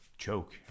choke